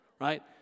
right